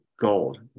gold